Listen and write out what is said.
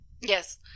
Yes